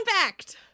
fact